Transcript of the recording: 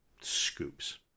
scoops